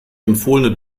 empfohlene